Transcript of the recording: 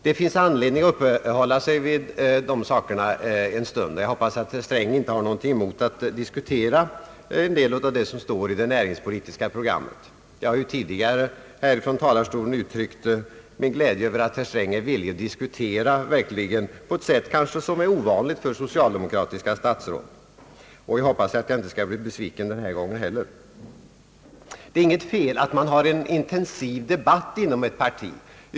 Det finns anledning att uppehålla sig vid dessa saker en stund. Jag hoppas att herr Sträng inte har någonting emot att diskutera en del av det som står i det näringspolitiska programmet. Jag har tidigare här från talarstolen uttryckt min glädje över att herr Sträng verkligen är villig att diskutera på ett sätt som kanske är ovanligt för socialdemokratiska statsråd. Jag hoppas att jag inte skall bli besviken denna gång heller. Det är inget fel att man har en intensiv debatt inom ett parti.